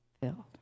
filled